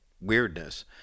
weirdness